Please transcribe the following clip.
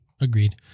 Agreed